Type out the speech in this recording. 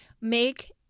make